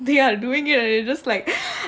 they are doing it already just like